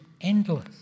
endless